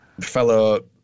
fellow